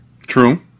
True